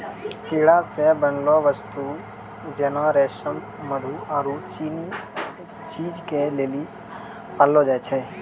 कीड़ा से बनलो वस्तु जेना रेशम मधु आरु चीज के लेली पाललो जाय छै